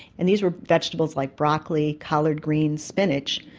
and these were vegetables like broccoli, collards greens, spinach.